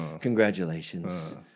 Congratulations